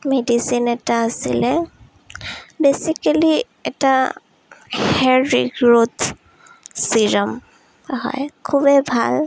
medicine এটা আছিলে basically এটা হেয়াৰ ৰিগ্ৰোথ চিৰাম হয় খুবেই ভাল